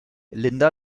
linda